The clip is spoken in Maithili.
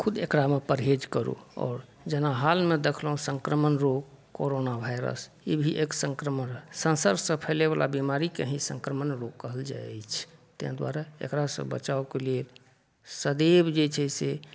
खुद एकरामे परहेज करू आओर जेना हालमे देखलहुँ संक्रमण रोग कोरोना वाइरस ई भी एक संक्रमण रहय संसर्गसँ फैलयवला बीमारीके ही संक्रमण रोग कहल जाइ छै तैं दुआरे एकरासँ बचावके लिए सदैव जे छै से